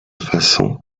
façon